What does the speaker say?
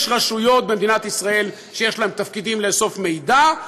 יש רשויות במדינת ישראל שיש להן תפקידים לאסוף מידע,